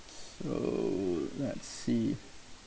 so let's see